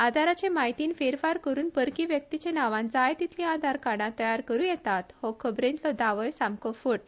आधाराचे म्हायतीत फेरफार करून परकी व्यक्तीचे नावान जाय तितली आधार कार्डा तयार करू येतात हो खबरेतलो दावोय सामको फट